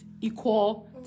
equal